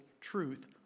truth